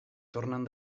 tornen